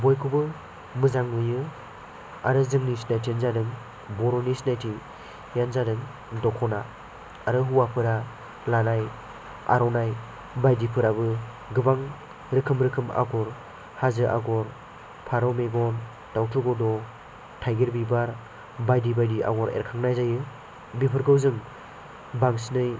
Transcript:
बयखौबो मोजां नुयो आरो जोंनि सिनायथियानो जादों बर'नि सिनायथियानो जादों दखना आरो हौवाफोरा लानाय आर'नाइ बायदिफोराबो गोबां रोखोम रोखोम आगर हाजो आगर फारौ मेगन दाउथु गद' थाइगिर बिबार बायदि बायदि आगर एरखांनाय जायो बेफोरखौ जों बांसिनै